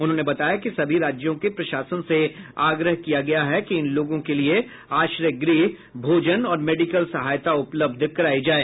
उन्होंने बताया कि सभी राज्यों के प्रशासन से आग्रह किया गया है कि इन लोगों के लिए आश्रयगृह भोजन और मेडिकल सहायता उपलब्ध कराए